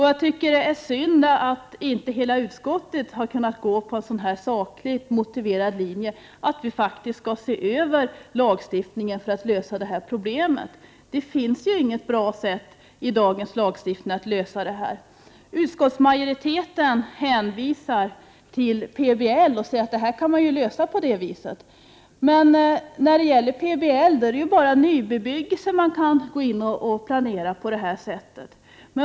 Jag tycker att det är synd att inte hela utskottet har kunnat följa en sådan här sakligt motiverad linje, att vi skall se över lagstiftningen för att lösa detta problem. Det finns inget bra sätt att med dagens lagstiftning lösa detta. Utskottsmajoriteten hänvisar till PBL och säger att problemen kan lösas genom att dess bestämmelser tillämpas. Men PBL kan man bara använda för att planera nybebyggelse på det här sättet.